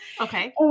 Okay